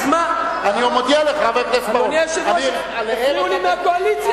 אני מודיע, הפריעו לי מהקואליציה.